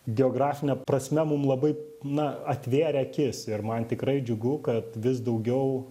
geografine prasme mum labai na atvėrė akis ir man tikrai džiugu kad vis daugiau